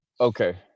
Okay